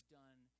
done